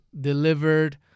delivered